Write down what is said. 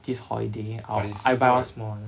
this holiday I buy one small one